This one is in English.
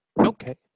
Okay